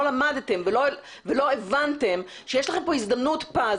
למדתם ולא הבנתם שיש לכם פה הזדמנות פז,